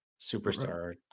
superstar